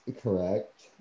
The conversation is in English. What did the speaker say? correct